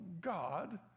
God